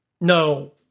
No